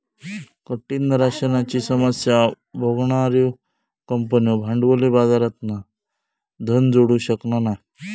कठीण राशनाची समस्या भोगणार्यो कंपन्यो भांडवली बाजारातना धन जोडू शकना नाय